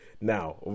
now